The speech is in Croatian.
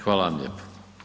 Hvala vam lijepo.